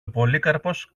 πολύκαρπος